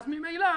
אז ממילא,